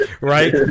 right